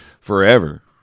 forever